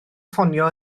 ffonio